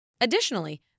Additionally